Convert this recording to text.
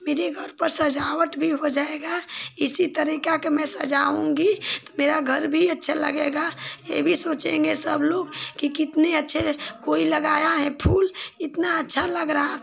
मेरे घर पर सजावट भी हो जाएगा इसी तरीका के मैं सजाऊंगी तो मेरा घर भी अच्छा लगेगा ये भी सोचेंगे सब लोग कि कितने अच्छे कोई लगाया है फूल इतना अच्छा लग रहा था